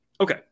Okay